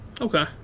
Okay